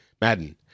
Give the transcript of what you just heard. Madden